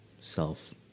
self